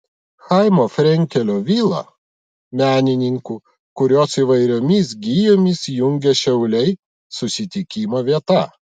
chaimo frenkelio vila menininkų kuriuos įvairiomis gijomis jungia šiauliai susitikimo vieta